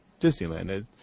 Disneyland